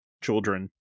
children